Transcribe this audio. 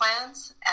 plans